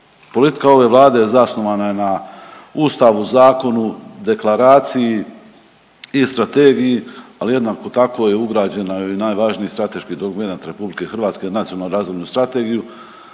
Politika ove Vlade zasnovana je na Ustavu, zakonu, deklaraciji i strategiji, ali jednako tako je ugrađena i u najvažniji strateški dokumenat Republike Hrvatske Nacionalnu razvojnu strategiju,